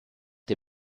der